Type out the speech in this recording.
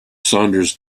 saunders